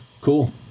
cool